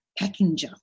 Packinger